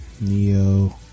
Neo